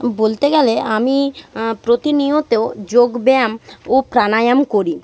বলতে গেলে আমি প্রতিনিয়ত যোগ ব্যায়াম ও প্রাণায়াম করি